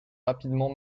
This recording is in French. rapidement